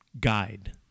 guide